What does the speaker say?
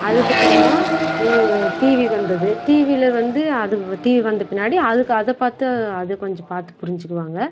அதுக்கப்புறமா டிவி வந்தது டிவியில் வந்து அது டிவி வந்த பின்னாடி அதுக்கு அதை பார்த்து அத கொஞ்சம் பார்த்து புரிஞ்சுக்குவாங்க